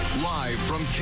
live